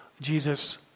Jesus